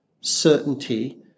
certainty